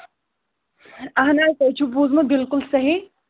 اَہن حظ تۄہہِ چھُو بوٗزمُت بِلکُل صٮحیح